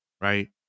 right